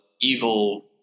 evil